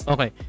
Okay